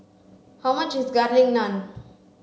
how much is garlic naan